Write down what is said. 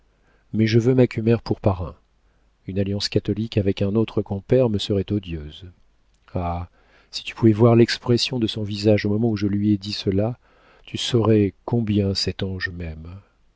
mais je veux macumer pour parrain une alliance catholique avec un autre compère me serait odieuse ah si tu pouvais voir l'expression de son visage au moment où je lui ai dit cela tu saurais combien cet ange m'aime